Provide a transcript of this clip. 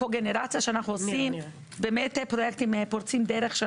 הקוגנרציה שאנחנו עושים, באמת פרויקטים פורצי דרך.